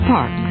Park